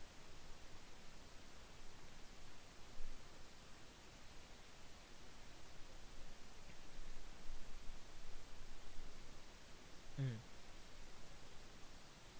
mm